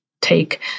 take